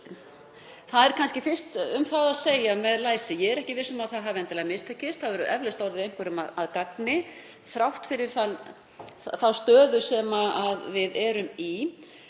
Það er kannski fyrst að segja með læsi að ég er ekki viss um að átakið hafi endilega mistekist. Það hefur eflaust orðið einhverjum að gagni þrátt fyrir þá stöðu sem við erum í.